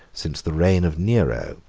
since the reign of nero,